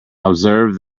observe